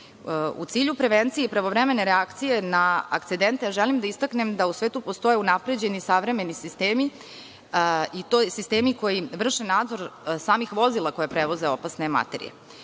cilju prevencije i pravovremene reakcije na akcidente želim da istaknem da u svetu postoje unapređeni savremeni sistemi, i to sistemi koji vrše nadzor samih vozila koja prevoze opasne materije.